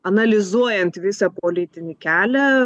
analizuojant visą politinį kelią